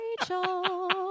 Rachel